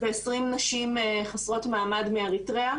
ו-20 נשים חסרות מעמד מאריתריאה.